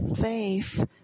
faith